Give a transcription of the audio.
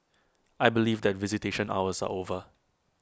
I believe that visitation hours are over